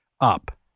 up